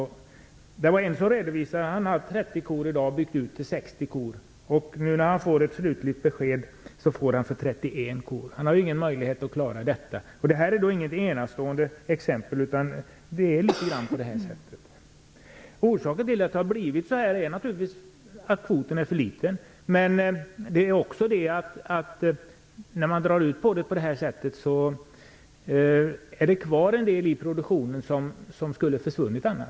Det var en som redovisade att han har haft 30 kor och i dag byggt ut till 60 kor. Nu när han får ett slutligt besked får han kvot för 31 kor. Han har inte en möjlighet att klara det. Detta är inte ett unikt exempel. Det är litet grand på det sättet. Orsaken till att det blivit så är naturligtvis att kvoten är för liten. Men det beror också på att när man drar ut på fördelningen på det här sättet blir en del av den produktion som annars skulle ha försvunnit kvar.